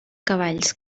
cavalls